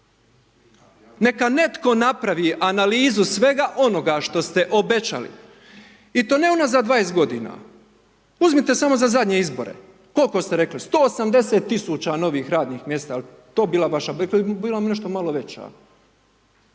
Neka netko napravi analizu svega onoga što ste obećali i to ne unazad 20 godina. Uzmite samo za zadnje izbore. Koliko ste rekli? 180 000 novih radnih mjesta,…/Govornik se ne razumije/…bila nešto malo veća.